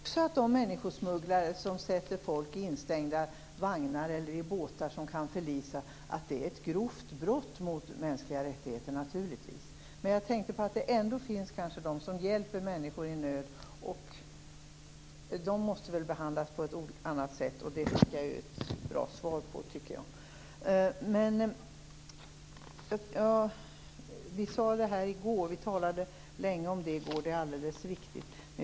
Herr talman! Också jag menar naturligtvis att det är ett grovt brott mot de mänskliga rättigheterna när människosmugglare stänger in folk i vagnar eller i båtar som kan förlisa. Men det kanske ändå finns personer som hjälper människor i nöd, och de måste väl behandlas på ett annat sätt. Jag tycker att jag fick ett bra svar på min fråga om detta. Det är alldeles riktigt att vi talade länge om det här i går.